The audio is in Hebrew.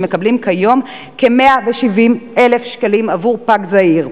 והם מקבלים היום כ-170,000 שקלים עבור פג זעיר,